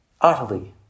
utterly